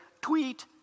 tweet